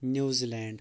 New land